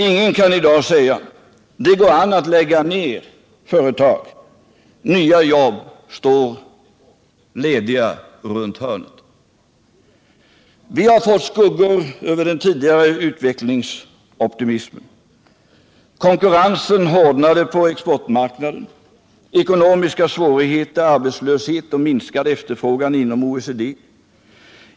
Ingen kan i dag säga: Det går an att lägga ned företag — nya jobb står lediga runt hörnet. Vi har fått skuggor över den tidigare utvecklingsoptimismen. Konkurrensen hårdnade på exportmarknaden. Det blev ekonomiska svårigheter, arbetslöshet och minskad efterfrågan inom OECD.